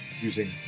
using